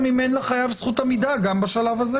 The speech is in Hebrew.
אם אין לחייב זכות עמידה גם בשלב הזה.